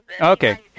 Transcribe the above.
Okay